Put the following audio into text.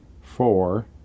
four